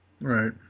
Right